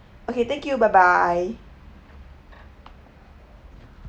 okay thank you bye bye